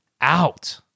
out